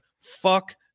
fuck